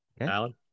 Alan